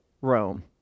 Rome